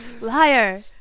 liar